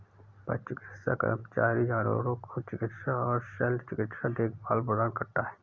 पशु चिकित्सा कर्मचारी जानवरों को चिकित्सा और शल्य चिकित्सा देखभाल प्रदान करता है